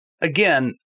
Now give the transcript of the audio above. again